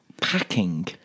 packing